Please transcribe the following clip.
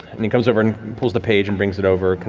and he comes over and pulls the page and brings it over.